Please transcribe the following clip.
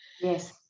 Yes